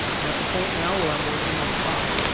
i'm at the point now where i'm working on the top,